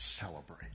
celebrate